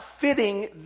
fitting